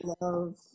love –